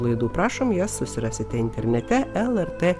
laidų prašom jei susirasite internete lrt